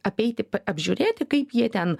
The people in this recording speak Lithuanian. apeiti pa apžiūrėti kaip jie ten